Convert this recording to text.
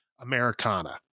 Americana